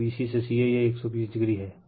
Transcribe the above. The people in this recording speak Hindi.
तो bc से ca यह 120o है